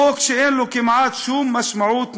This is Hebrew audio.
חוק שאין לו כמעט שום משמעות מעשית,